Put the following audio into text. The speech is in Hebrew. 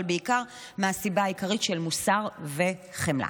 אבל בעיקר מהסיבה העיקרית של מוסר וחמלה.